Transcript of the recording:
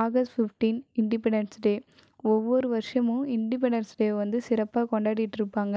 August fifteen independence day ஒவ்வொரு வருஷமும் independence day வந்து சிறப்பாக கொண்டாடிட்டுருப்பாங்க